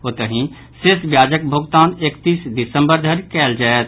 ओतहि शेष ब्याजक भोगतान एकतीस दिसंबर धरि कयल जायत